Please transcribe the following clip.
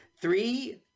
Three